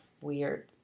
weird